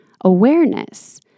awareness